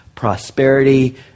prosperity